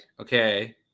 okay